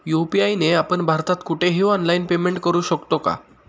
UPI ने आपण भारतात कुठेही ऑनलाईन पेमेंट करु शकतो का?